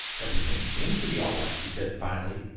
everything seems to be all right, he said finally